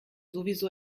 sowieso